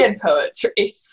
poetry